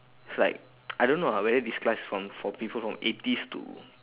it's like I don't know ah whether this class it's from for people from eighties to